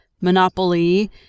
Monopoly